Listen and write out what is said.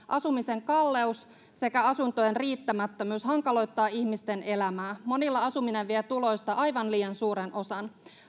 asumisen kalleus sekä asuntojen riittämättömyys hankaloittavat ihmisten elämää monilla asuminen vie tuloista aivan liian suuren osan